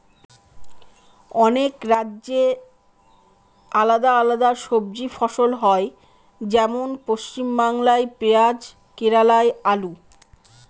অনেক রাজ্যে আলাদা আলাদা সবজি ফসল হয়, যেমন পশ্চিমবাংলায় পেঁয়াজ কেরালায় আলু